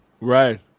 right